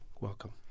welcome